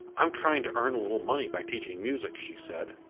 i am trying to earn a little money by teaching music, she said,